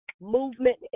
movement